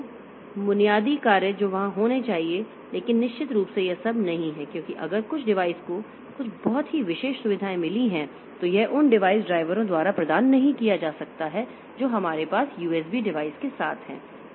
तो बुनियादी कार्य जो वहां होने चाहिए लेकिन निश्चित रूप से यह सब नहीं है क्योंकि अगर कुछ डिवाइस को कुछ बहुत ही विशेष सुविधाएं मिली हैं तो यह उन डिवाइस ड्राइवरों द्वारा प्रदान नहीं किया जा सकता है जो हमारे पास USB डिवाइस के साथ हैं